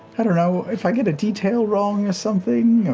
i don't know, if i get a detail wrong or something